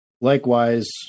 Likewise